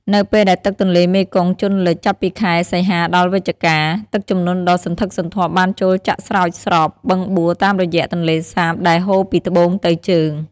នៅពេលដែលទឹកទន្លេមេគង្គជន់លិច ចាប់ពីខែ សីហា ដល់ វិច្ឆិកា ទឹកជំនន់ដ៏សន្ធឹកសន្ធាប់បានចូលចាក់ស្រោចស្រពបឹងបួរតាមរយៈទន្លេសាប ដែលហូរពីត្បូងទៅជើង។